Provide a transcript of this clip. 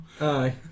Aye